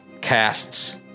casts